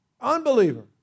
unbeliever